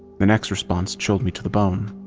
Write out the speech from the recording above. the next response chilled me to the bone.